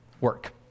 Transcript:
work